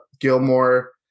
Gilmore